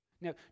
Now